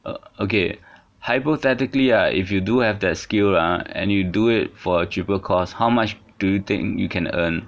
uh okay hypothetically right if you do have that skill ah and you do it for a cheaper cost how much do you think you can earn